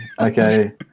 Okay